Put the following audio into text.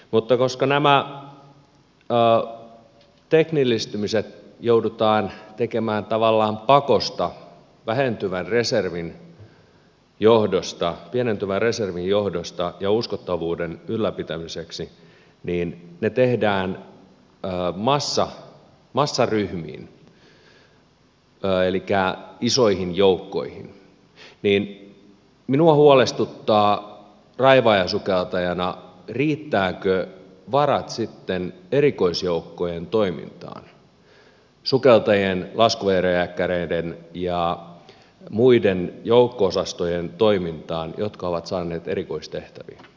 mutta koska nämä teknillistymiset joudutaan tekemään tavallaan pakosta vähentyvän reservin johdosta pienentyvän reservin johdosta ja uskottavuuden ylläpitämiseksi niin ne tehdään massaryhmiin elikkä isoihin joukkoihin ja minua huolestuttaa raivaajasukeltajana riittävätkö varat sitten erikoisjoukkojen toimintaan sukeltajien laskuvarjojääkäreiden ja muiden joukko osastojen toimintaan jotka ovat saaneet erikoistehtäviä